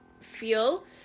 feel